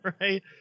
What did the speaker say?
right